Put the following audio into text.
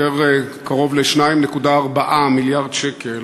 יותר קרוב ל-2.4 מיליארד שקל,